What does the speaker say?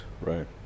Right